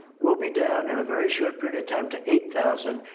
we'll be down in a very short period of time to eight thousand.